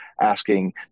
asking